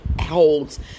holds